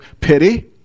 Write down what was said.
pity